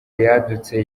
yadutse